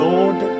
Lord